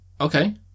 okay